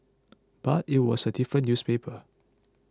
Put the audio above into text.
but it was a different newspaper